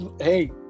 hey